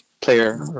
player